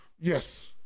Yes